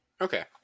okay